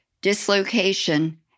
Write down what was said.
dislocation